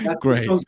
great